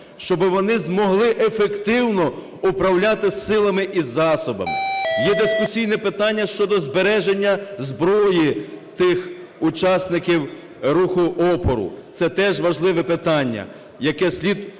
щоб вони змогли ефективно управляти силами і засобами. Є дискусійне питання щодо збереження зброї тих учасників руху опору – це теж важливе питання, яке слід доопрацювати